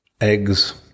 eggs